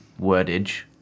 wordage